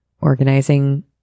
organizing